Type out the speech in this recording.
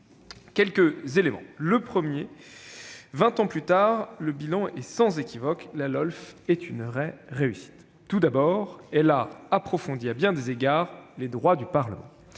budgétaire. Vingt ans plus tard, le bilan est sans équivoque : la LOLF est une vraie réussite. Tout d'abord, elle a approfondi à bien des égards les droits du Parlement.